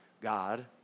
God